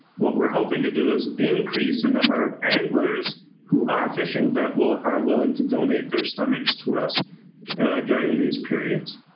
what we're hoping to do is increase the number of anglers who are fishing that are willing to donate their stomachs to us during these periods.